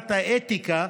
לוועדת האתיקה,